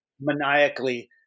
maniacally